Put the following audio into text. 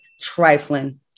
trifling